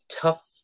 tough